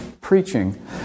preaching